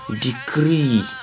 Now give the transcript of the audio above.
decree